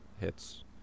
hits